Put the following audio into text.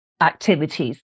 activities